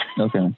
Okay